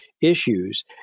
issues